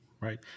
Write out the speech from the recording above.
Right